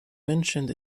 mentioned